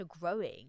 growing